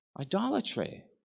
Idolatry